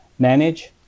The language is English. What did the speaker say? manage